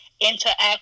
interact